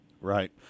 Right